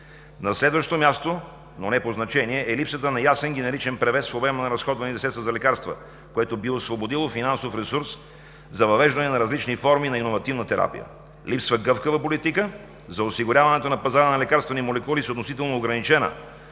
На следващо място, но не по значение, е липсата на ясен генеричен превес в обема на разходваните средства за лекарства, което би освободило финансов ресурс за въвеждане на различни форми на иновативна терапия. Липсва гъвкава политика за осигуряването на пазара на лекарствени молекули с относително ограничена,